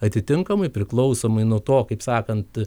atitinkamai priklausomai nuo to kaip sakant